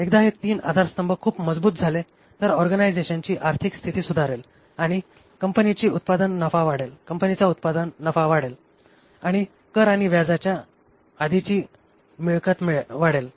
एकदा हे तीन आधारस्तंभ खूप मजबूत झाले तर ऑर्गनायझेशनची आर्थिक स्थिती सुधारेल आणि कंपनीची उत्पादन नफा वाढेल आणि कर आणि व्याजाच्या आधीची मिळकत वाढेल